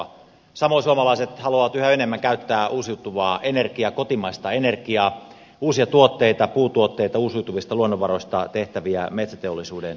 samoin suomalaiset haluavat yhä enemmän käyttää uusiutuvaa energiaa kotimaista energiaa uusia tuotteita puutuotteita uusiutuvista luonnonvaroista tehtäviä metsäteollisuuden tuotteita